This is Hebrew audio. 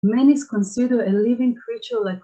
Many consider a living creature like